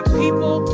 people